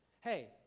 hey